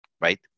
right